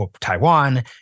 Taiwan